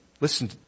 Listen